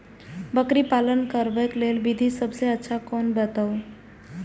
बकरी पालन करबाक लेल विधि सबसँ अच्छा कोन बताउ?